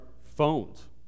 phones